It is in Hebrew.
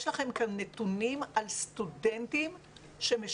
יש לכם כאן נתונים על סטודנטים שמשלבים